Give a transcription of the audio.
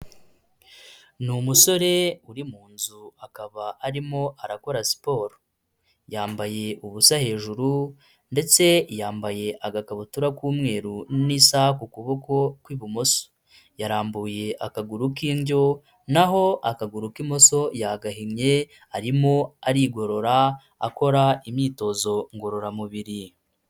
Ni umusore uri mu nzu akaba arimo arakora siporo, yambaye ubusa hejuru ndetse yambaye agakabutura k'umweru n'isaha ku kuboko kw'ibumoso, yarambuye akaguru k'indyo na ho akaguru k'imoso yagahinnye arimo arigorora akora imyitozo ngororamubiri.